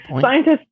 scientists